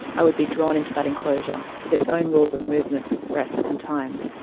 i would be drawn into that enclosure with its own rules of movement, breath and time.